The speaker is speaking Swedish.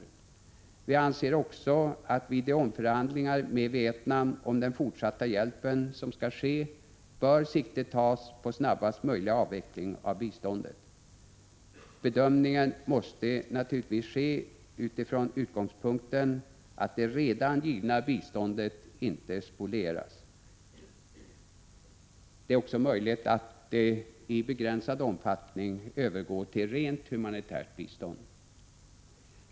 Vi anser också att vid de omförhandlingar som skall ske med Vietnam om den fortsatta hjälpen bör siktet tas på snabbast möjliga avveckling av biståndet. Bedömningen måste naturligtvis ske från utgångspunkten att det redan givna biståndet inte spolieras. Det är också möjligt att det i begränsad omfattning övergår till ett rent humanitärt bistånd.